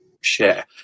share